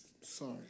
Sorry